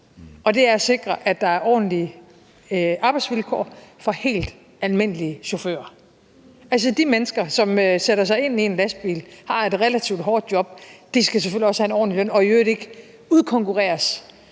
og det er at sikre, at der er ordentlige arbejdsvilkår for helt almindelige chauffører. Altså, de mennesker, som sætter sig ind i en lastbil, har et relativt hårdt job, skal selvfølgelig også have en ordentlig løn og i øvrigt ikke udkonkurreres